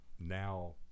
now